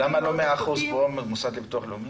למה לא 100% המוסד לביטוח הלאומי?